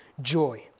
joy